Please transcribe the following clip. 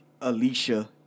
Alicia